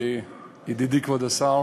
ידידי כבוד השר,